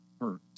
hurt